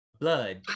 blood